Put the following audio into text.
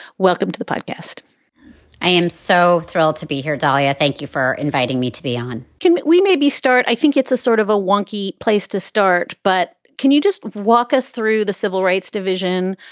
welcome to the podcast i am so thrilled to be here, dalia. thank you for inviting me to be on can we maybe start? i think it's a sort of a wonky place to start, but can you just walk us through the civil rights division?